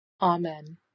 Amen